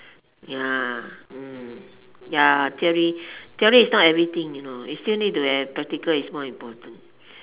ya mm ya theory theory is not everything you know you still need to have practical it's more important